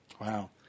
wow